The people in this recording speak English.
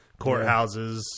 courthouses